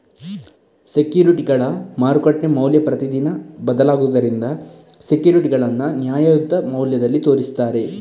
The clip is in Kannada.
ಸೆಕ್ಯೂರಿಟಿಗಳ ಮಾರುಕಟ್ಟೆ ಮೌಲ್ಯ ಪ್ರತಿದಿನ ಬದಲಾಗುದರಿಂದ ಸೆಕ್ಯೂರಿಟಿಗಳನ್ನ ನ್ಯಾಯಯುತ ಮೌಲ್ಯದಲ್ಲಿ ತೋರಿಸ್ತಾರೆ